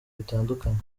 bitandukanye